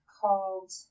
called